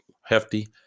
hefty